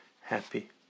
happy